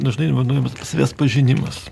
dažnai naudojamas savęs pažinimas